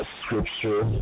scripture